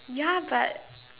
ya but